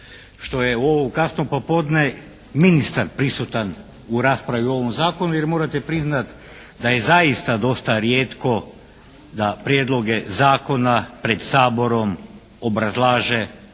što je u ovo kasno popodne ministar prisutan u raspravi o ovom zakonu jer morate priznati da je zaista dosta rijetko da prijedloge zakona pred Saborom obrazlaže